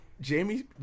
Jamie